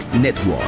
Network